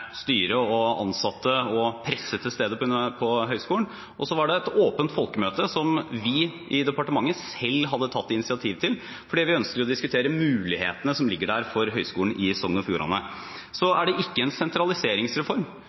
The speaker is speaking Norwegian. styret og ansatte og presse til stede på høgskolen, og så var det et åpent folkemøte som vi i departementet selv hadde tatt initiativ til, fordi vi ønsker å diskutere mulighetene som ligger der for Høgskulen i Sogn og Fjordane. Dette er ikke en sentraliseringsreform.